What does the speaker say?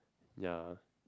ya